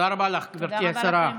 תודה רבה לך, גברתי השרה.